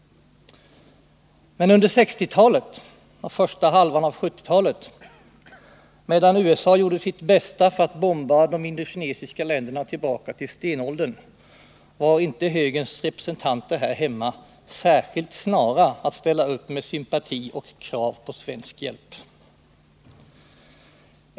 Men under 1960-talet och första halvan av 1970-talet, medan USA gjorde sitt bästa för att bomba de indokinesiska länderna tillbaka till stenåldern, var inte högerns representanter här hemma särskilt snara att ställa upp med sympati och krav på svensk hjälp.